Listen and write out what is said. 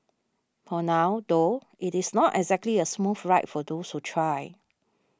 for now though it is not exactly a smooth ride for those who try